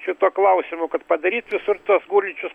šituo klausimu kad padaryt visur tuos gulinčius